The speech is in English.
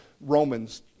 Romans